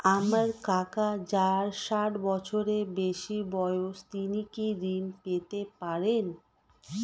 আমার কাকা যার ষাঠ বছরের বেশি বয়স তিনি কি ঋন পেতে পারেন?